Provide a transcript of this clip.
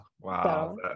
wow